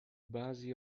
بعضی